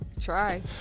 Try